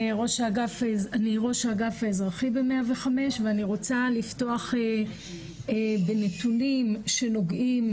אני ראש האגף האזרחי ב-105 ואני רוצה לפתוח בנתונים שנוגעים